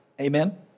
Amen